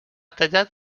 tallat